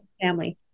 family